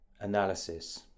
analysis